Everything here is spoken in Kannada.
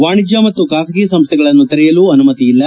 ವಾಣಿಜ್ಯ ಮತ್ತು ಬಾಸಗಿ ಸಂಸ್ವೆಗಳನ್ನು ತೆರೆಯಲು ಅನುಮತಿ ಇಲ್ಲ